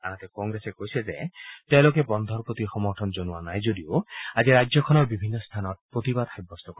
আনহাতে কংগ্ৰেছ কৈছে যে তেওঁলোকে বন্ধৰ প্ৰতি সমৰ্থন জনোৱা নাই যদিও আজি ৰাজ্যখনৰ বিভিন্ন স্থানত প্ৰতিবাদ সাব্যস্ত কৰিব